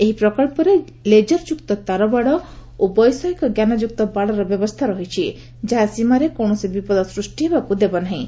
ଏହି ପ୍ରକଳ୍ପରେ ଲେଜର୍ଯୁକ୍ତ ତାରବାଡ଼ ଓ ବୈଷୟିକ ଜ୍ଞାନଯୁକ୍ତ ବାଡ଼ର ବ୍ୟବସ୍ଥା ରହିଛି ଯାହା ସୀମାରେ କୌଣସି ବିପଦ ସୂଷ୍ଟି ହେବାକୁ ଦେବ ନାହିଁ